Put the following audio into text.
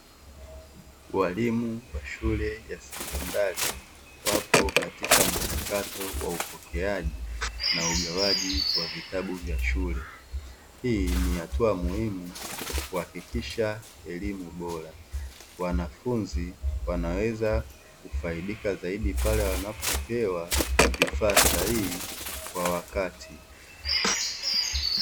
Walimu wa shule ya sekondari wapo katika mchakato wa upokeaji na ugawaji wa vitabu vya shule, hii ni hatua muhimu kuhakikisha elimu bora, wanafunzi wanaweza kufaidika zaidi pale wanapopewa vifaa sahihi kwa wakati.